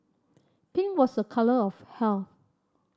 pink was a colour of health